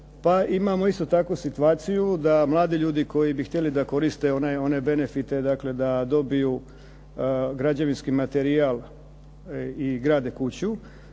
imamo isto taku situaciju da mladi ljudi koji bi htjeli da koriste one benefite dakle da dobiju građevinski materijal i grade kuću,